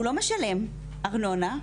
הוא לא משלם ארנונה,